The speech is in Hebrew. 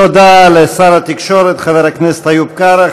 תודה לשר התקשורת חבר הכנסת איוב קרא.